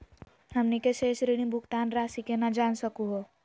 हमनी के शेष ऋण भुगतान रासी केना जान सकू हो?